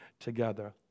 together